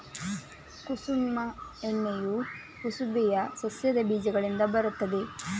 ಕುಸುಮ ಎಣ್ಣೆಯು ಕುಸುಬೆಯ ಸಸ್ಯದ ಬೀಜಗಳಿಂದ ಬರುತ್ತದೆ